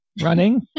running